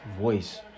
voice